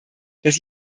dass